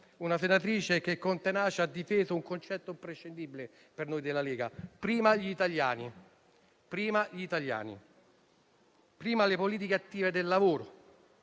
una senatrice che con tenacia ha difeso un concetto imprescindibile per noi della Lega: prima gli italiani, prima le politiche attive del lavoro